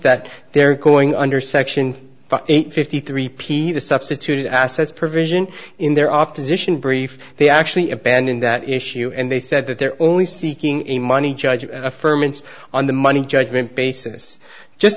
that they're going under section eight fifty three p the substituted assets provision in their opposition brief they actually abandon that issue and they said that they're only seeking a money judge or a firm and on the money judgment basis just